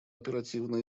оперативно